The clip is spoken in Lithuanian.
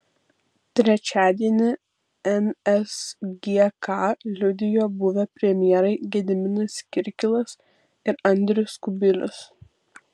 trečiadienį nsgk liudijo buvę premjerai gediminas kirkilas ir andrius kubilius